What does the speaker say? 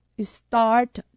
start